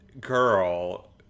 girl